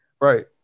Right